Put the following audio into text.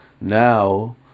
Now